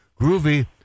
groovy